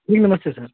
ठीक नमस्ते सर